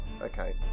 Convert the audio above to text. okay